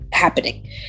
Happening